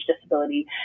disability